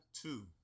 Two